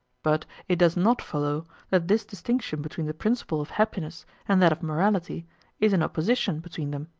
but it does not follow that this distinction between the principle of happiness and that of morality is an opposition between them,